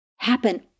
Happen